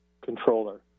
Controller